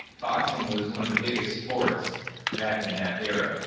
boxing was one of the biggest sports back in that era.